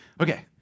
Okay